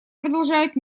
продолжает